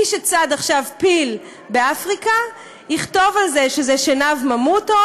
מי שצד עכשיו פיל באפריקה יכתוב על זה שזה שנהב ממותות,